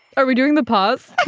are we doing the pause?